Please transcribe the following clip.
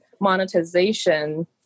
monetization